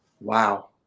Wow